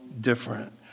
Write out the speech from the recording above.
different